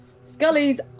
Scully's